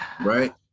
Right